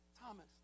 Thomas